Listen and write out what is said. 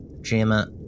Gemma